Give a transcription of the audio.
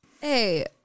Hey